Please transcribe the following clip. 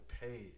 paid